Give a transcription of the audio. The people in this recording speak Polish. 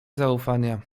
zaufania